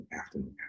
afternoon